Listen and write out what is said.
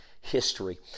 history